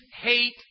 hate